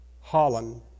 Holland